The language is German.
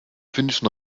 finnischen